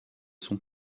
son